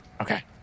Okay